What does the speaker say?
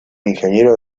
ingeniero